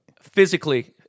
Physically